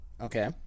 Okay